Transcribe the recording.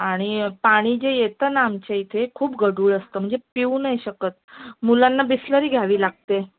आणि पाणी जे येतं ना आमच्या इथे खूप गढूळ असतं म्हणजे पिऊ नाही शकत मुलांना बिसलरी घ्यावी लागते